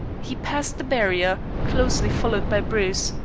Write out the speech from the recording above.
he passed the barrier, closely followed by bruce,